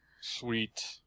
Sweet